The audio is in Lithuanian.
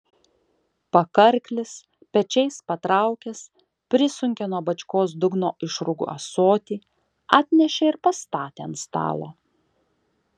pakarklis pečiais patraukęs prisunkė nuo bačkos dugno išrūgų ąsotį atnešė ir pastatė ant stalo